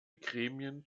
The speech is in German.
gremien